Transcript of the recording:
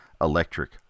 electric